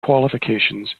qualifications